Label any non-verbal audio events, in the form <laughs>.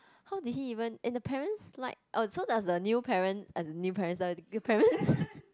how did he even and the parents like oh so does the new parents uh the new parents <laughs> the parents